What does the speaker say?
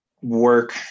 work